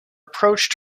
approach